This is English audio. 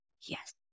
Yes